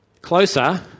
closer